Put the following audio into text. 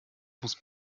muss